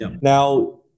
Now